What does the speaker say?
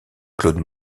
claude